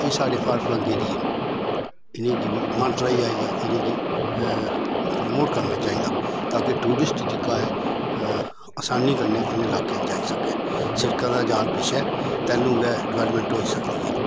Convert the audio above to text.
एह् साढ़े फार फ्लंग ऐरिये इ'नेंगी बी मानतलाई आई गेआ इ'नेंगी प्रमोट करना चाहिदा ताकि टूरिस्ट जेह्का ऐ असानी कन्नै इ'नें इलाकें च जाई सकै शिड़कै दा जाल बिछे तैह्ल्लू गै डिवेल्पमेंट होई सकदी ऐ